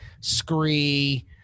scree